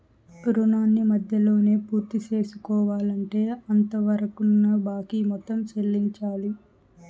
రుణాన్ని మధ్యలోనే పూర్తిసేసుకోవాలంటే అంతవరకున్న బాకీ మొత్తం చెల్లించాలి